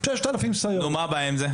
מה הבעיה עם זה?